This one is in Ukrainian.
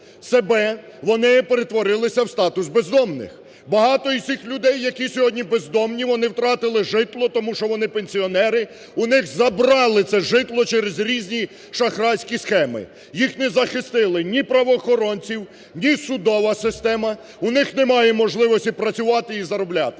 себе, вони перетворились в статус бездомних. Багато із цих людей, які сьогодні бездомні вони втратили житло, тому що вони пенсіонери, у них забрали це житло через різні шахрайські схеми. Їх не захистили ні правоохоронці, ні судова система, у них немає можливості працювати і заробляти.